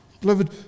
Beloved